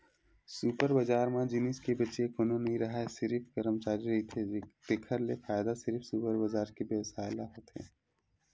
super बजार म जिनिस के बेचइया कोनो नइ राहय सिरिफ करमचारी रहिथे तेखर ले फायदा सिरिफ सुपर बजार के बेवसायी ल होथे